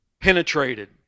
penetrated